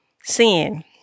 sin